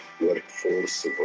workforce